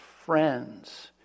friends